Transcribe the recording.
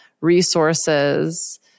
resources